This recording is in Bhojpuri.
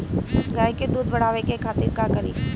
गाय के दूध बढ़ावे खातिर का करी?